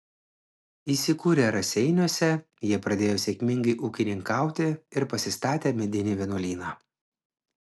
įsikūrę raseiniuose jie pradėjo sėkmingai ūkininkauti ir pasistatė medinį vienuolyną